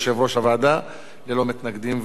ללא מתנגדים וללא נמנעים.